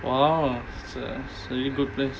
!wow! it's a it's a really good place